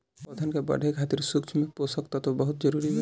पौधन के बढ़े खातिर सूक्ष्म पोषक तत्व बहुत जरूरी बा